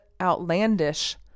outlandish